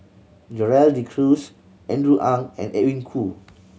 Gerald De Cruz Andrew Ang and Edwin Koo